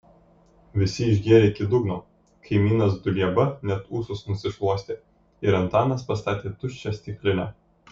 visi išgėrė iki dugno kaimynas dulieba net ūsus nusišluostė ir antanas pastatė tuščią stiklinę